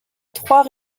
trois